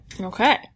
okay